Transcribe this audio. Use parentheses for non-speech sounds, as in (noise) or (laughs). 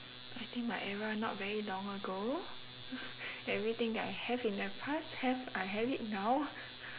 I think my era not very long ago everything that I have in the past have I have it now (laughs)